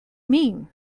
mean